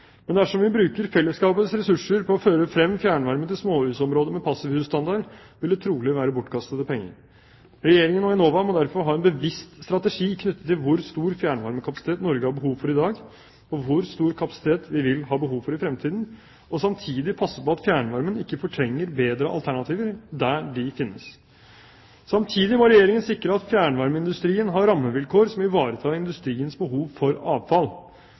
Men dersom vi bruker fellesskapets ressurser på å føre frem fjernvarme til småhusområder med passivhusstandard, vil det trolig være bortkastede penger. Regjeringen og Enova må derfor ha en bevisst strategi knyttet til hvor stor fjernvarmekapasitet Norge har behov for i dag, og hvor stor kapasitet vi vil ha behov for i fremtiden, og samtidig passe på at fjernvarmen ikke fortrenger bedre alternativer der de finnes. Samtidig må Regjeringen sikre at fjernvarmeindustrien har rammevilkår som ivaretar industriens behov for avfall.